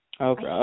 okay